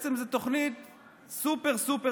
ובעצם זה תוכנית סופר-סופר-מצומצמת.